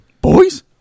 Boys